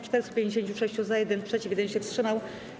456 - za, 1 - przeciw, 1 się wstrzymał.